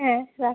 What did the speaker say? হ্যাঁ রাখ